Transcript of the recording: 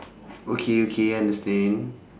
okay okay understand